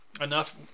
enough